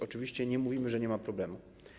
Oczywiście nie mówimy, że nie ma problemu.